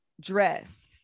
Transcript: dress